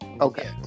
Okay